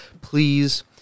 please